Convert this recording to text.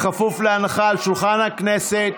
בכפוף להנחה על שולחן הכנסת,